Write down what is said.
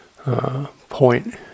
Point